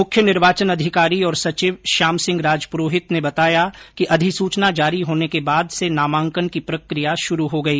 मुख्य निर्वाचन अधिकारी और सचिव श्यामसिंह राजपुरोहित ने बताया कि अधिसूचना जारी होने के बाद से नामांकन की प्रक्रिया शुरू हो गई